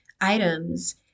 items